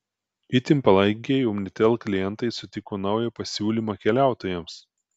itin palankiai omnitel klientai sutiko naują pasiūlymą keliautojams